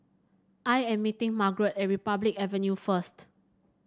I am meeting Margarett at Republic Avenue first